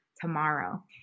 tomorrow